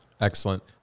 Excellent